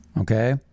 Okay